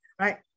right